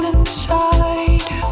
Inside